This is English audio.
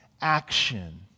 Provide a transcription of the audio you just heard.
action